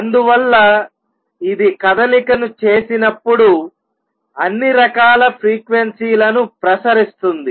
అందువల్ల ఇది కదలికను చేసినప్పుడుఅన్ని రకాల ఫ్రీక్వెన్సీ లను ప్రసరిస్తుంది